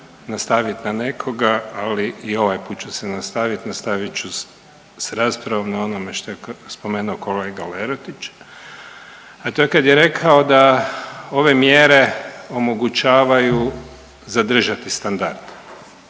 nastavit na nekoga, ali i ovaj put ću se nastavit, nastavit ću s raspravom na onome što je spomenuo kolega Lerotić, a to je kad je rekao da ove mjere omogućavaju zadržati standard.